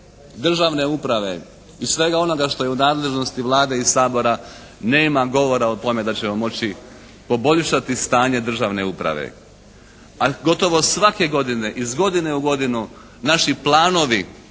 državne uprave i svega onoga što je u nadležnosti Vlade i Sabora nema govora o tome da ćemo moći poboljšati stanje državne uprave. A gotovo svake godine, iz godine u godinu naši planovi